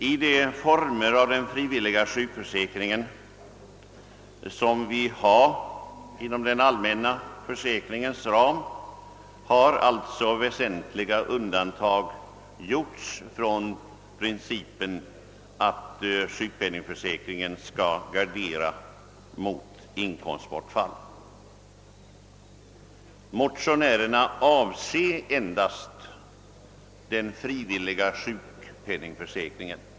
I de former av frivillig sjukförsäkring som finns inom den allmänna försäkringens ram, har alltså väsentliga undantag gjorts från prineipen att sjukpenningen skall gardera för inkomstbortfall och motionärerna avser endast den frivilliga sjukpenningförsäkringen.